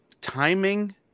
timing